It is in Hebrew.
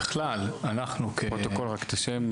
בבקשה.